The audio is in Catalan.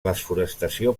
desforestació